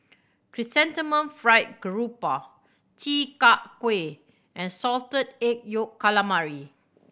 Chrysanthemum Fried Garoupa Chi Kak Kuih and Salted Egg Yolk Calamari